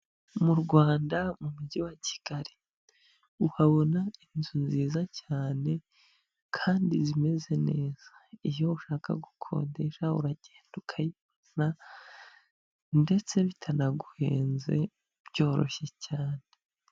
Mu Rwanda mu mujyi wa Kigali uhabona inzu nziza cyane kandi zimeze neza, iyo ushaka gukodesha uragenda ukayibona ndetse bitanaguhenze byoroshye cyane.